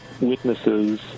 witnesses